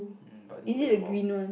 um but need to wait a while